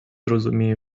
розуміє